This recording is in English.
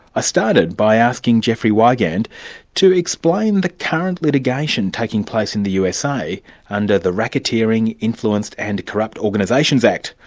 i started by asking jeffrey wigand to explain the current litigation taking place in the usa under the racketeering influenced and corrupt organisations act,